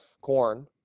corn